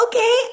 Okay